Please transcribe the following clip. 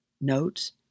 notes